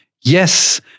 yes